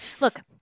Look